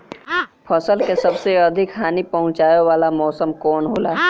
फसल के सबसे अधिक हानि पहुंचाने वाला मौसम कौन हो ला?